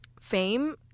fame